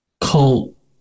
cult